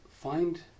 find